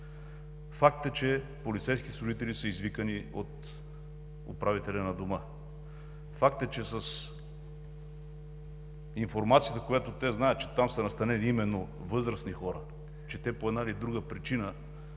Факт е, че полицейски служители са извикани от управителя на Дома. Факт е, от информацията, която те знаят, че там са настанени именно възрастни хора, че те по една или друга причина